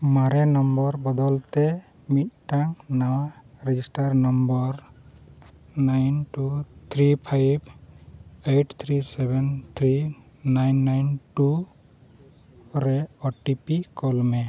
ᱢᱟᱨᱮ ᱱᱚᱢᱵᱚᱨ ᱵᱚᱫᱚᱞᱛᱮ ᱢᱤᱫᱴᱟᱱ ᱱᱟᱣᱟ register number nine two three five eight three seven three nine nine two ᱨᱮ ᱳ ᱴᱤ ᱯᱤ ᱠᱳᱞ ᱢᱮ